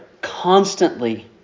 constantly